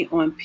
on